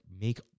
make